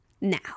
Now